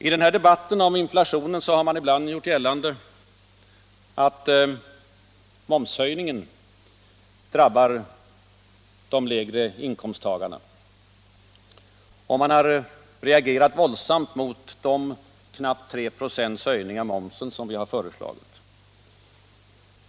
I debatten om inflationen har man ibland gjort gällande att momshöjningen drabbar de lägre inkomsttagarna, och man har reagerat våldsamt mot de knappt 3 26 höjning av momsen som vi har föreslagit.